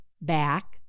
back